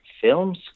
films